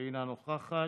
אינה נוכחת,